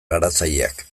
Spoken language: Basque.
garatzaileak